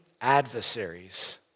adversaries